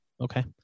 Okay